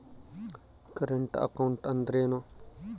Current account ಅಂದರೇನು?